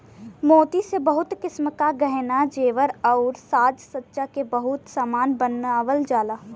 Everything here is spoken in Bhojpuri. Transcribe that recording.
मोती से बहुत किसिम क गहना जेवर आउर साज सज्जा के बहुत सामान बनावल जाला